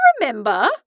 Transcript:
remember